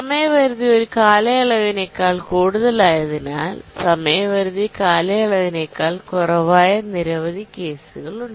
സമയപരിധി ഒരു കാലയളവിനേക്കാൾ കൂടുതലായതിനാൽ സമയപരിധി കാലയളവിനേക്കാൾ കുറവായ നിരവധി കേസുകളുണ്ട്